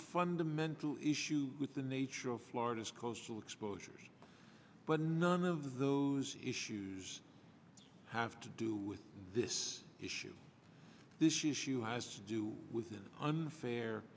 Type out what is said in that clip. fundamental issue with the nature of florida's coastal exposures but none of those issues have to do with this issue this year she has to do with the unfair